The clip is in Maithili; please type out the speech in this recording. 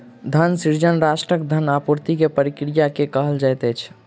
धन सृजन राष्ट्रक धन आपूर्ति के प्रक्रिया के कहल जाइत अछि